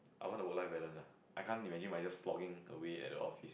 I want a work life balance ah I can't imagine myself just slogging away at the office